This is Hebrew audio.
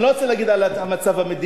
אני לא רוצה לדבר על המצב המדיני,